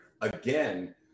Again